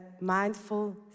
mindful